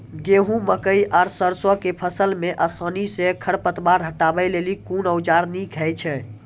गेहूँ, मकई आर सरसो के फसल मे आसानी सॅ खर पतवार हटावै लेल कून औजार नीक है छै?